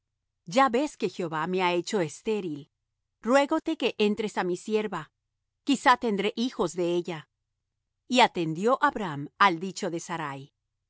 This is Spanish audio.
ya ves que jehová me ha hecho estéril ruégote que entres á mi sierva quizá tendré hijos de ella y atendió abram al dicho de sarai